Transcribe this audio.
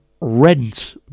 rent